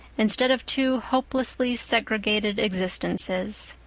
instead of two hopelessly segregated existences.